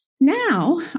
now